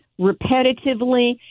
repetitively